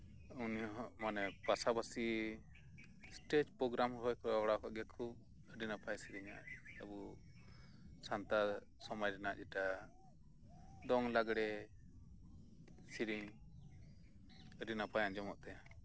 ᱚᱱᱟᱦᱚᱸ ᱢᱟᱱᱮ ᱯᱟᱥᱟᱯᱟᱹᱥᱤ ᱥᱴᱮᱡᱽ ᱯᱨᱳᱜᱽᱜᱨᱟᱢ ᱦᱚᱭ ᱠᱚᱨᱟᱣ ᱵᱟᱲᱟ ᱟᱠᱟᱫᱟ ᱜᱮᱭᱟ ᱠᱷᱩᱵᱽ ᱟᱹᱰᱤ ᱱᱟᱯᱟᱭᱮ ᱥᱮᱨᱮᱧᱟ ᱟᱵᱩ ᱥᱟᱱᱴᱟᱲ ᱥᱚᱢᱟᱡᱽ ᱨᱮᱱᱟᱜ ᱡᱮᱴᱟ ᱫᱚᱝ ᱞᱟᱸᱜᱽᱲᱮ ᱥᱮᱨᱮᱧ ᱟᱹᱰᱤ ᱱᱟᱯᱟᱭ ᱟᱸᱡᱚᱢᱚᱜ ᱛᱟᱭᱟ